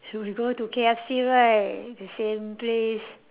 we go to K_F_C right the same place